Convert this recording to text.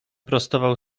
prostował